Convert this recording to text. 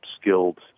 skilled